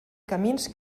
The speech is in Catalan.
camins